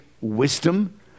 wisdom